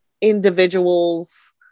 individuals